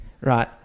right